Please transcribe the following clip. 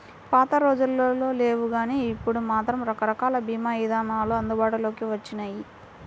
పాతరోజుల్లో లేవుగానీ ఇప్పుడు మాత్రం రకరకాల భీమా ఇదానాలు అందుబాటులోకి వచ్చినియ్యి